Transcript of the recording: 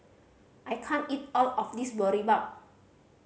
I can't eat all of this Boribap